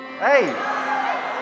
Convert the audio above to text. Hey